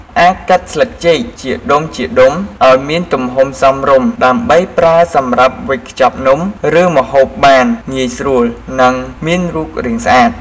អាចកាត់ស្លឹកចេកជាដុំៗឱ្យមានទំហំសមរម្យ ដើម្បីប្រើសម្រាប់វេចខ្ចប់នំ ឬម្ហូបបានងាយស្រួល និងមានរូបរាងស្អាត។